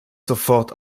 sofort